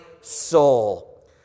soul